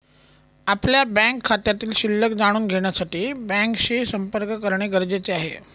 आपल्या बँक खात्यातील शिल्लक जाणून घेण्यासाठी बँकेशी संपर्क करणे गरजेचे आहे